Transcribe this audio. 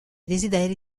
desideri